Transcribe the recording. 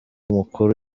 mukuru